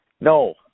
No